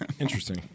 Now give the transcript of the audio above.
Interesting